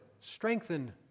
strengthen